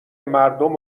مردم